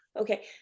Okay